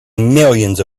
millions